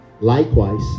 likewise